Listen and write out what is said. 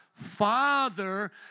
father